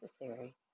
necessary